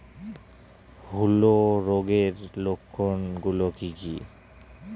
হূলো রোগের লক্ষণ গুলো কি কি?